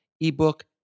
Ebook